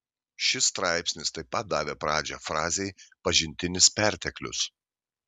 šis straipsnis taip pat davė pradžią frazei pažintinis perteklius